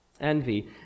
Envy